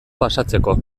pasatzeko